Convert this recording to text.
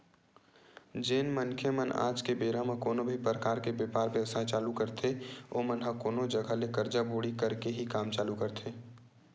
जेन मनखे मन आज के बेरा म कोनो भी परकार के बेपार बेवसाय चालू करथे ओमन ह कोनो जघा ले करजा बोड़ी करके ही काम चालू करथे